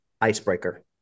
icebreaker